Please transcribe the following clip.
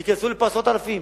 ייכנסו לפה עשרות אלפים,